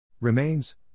Remains